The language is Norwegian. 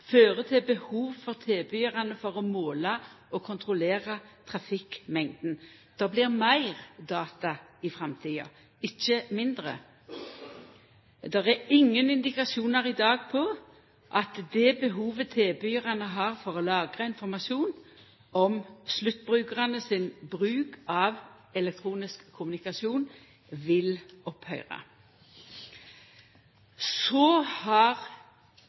fører til behov for tilbydarane for å måla og kontrollera trafikkmengda. Det blir meir data i framtida, ikkje mindre. Det er ingen indikasjonar i dag på at det behovet tilbydarane har for å lagra informasjon om sluttbrukarane sin bruk av elektronisk kommunikasjon, vil opphøyra. Så har